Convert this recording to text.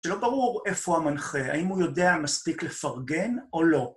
שלא ברור איפה המנחה, האם הוא יודע מספיק לפרגן או לא.